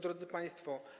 Drodzy Państwo!